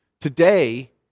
today